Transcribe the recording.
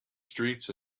streets